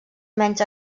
menys